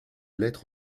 lettre